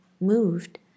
moved